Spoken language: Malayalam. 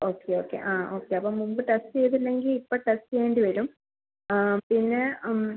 ഓക്കെ ഓക്കെ ആ ഓക്കെ അപ്പം മുമ്പ് ടെസ്റ്റ് ചെയ്തില്ലെങ്കിൽ ഇപ്പം ടെസ്റ്റ് ചെയ്യേണ്ടി വരും ആ പിന്നെ